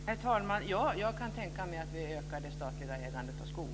Herr talman! Ja, jag kan tänka mig att vi ökar det statliga ägandet av skog.